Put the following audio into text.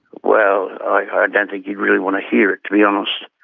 well, i ah don't think you'd really want to hear it, to be honest.